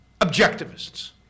objectivists